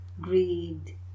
greed